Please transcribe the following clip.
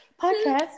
podcast